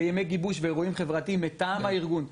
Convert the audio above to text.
בימי גיבוש ואירועים חברתיים מטעם הארגון.